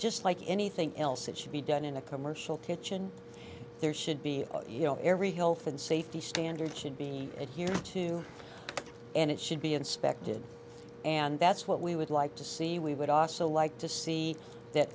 just like anything else it should be done in a commercial kitchen there should be you know every health and safety standards should be adhered to and it should be inspected and that's what we would like to see we would also like to see that